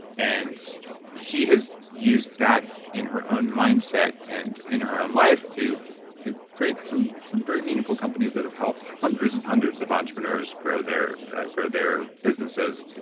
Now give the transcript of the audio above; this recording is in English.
and she has used that in her own mindset and in her own life to to create some some very meaningful companies that have helped hundreds and hundreds of entrepreneurs grow their grow their businesses.